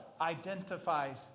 identifies